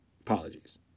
apologies